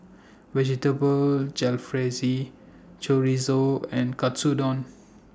Vegetable Jalfrezi Chorizo and Katsudon